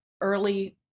early